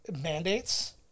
mandates